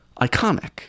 iconic